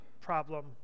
problem